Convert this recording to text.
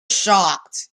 shocked